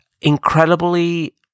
incredibly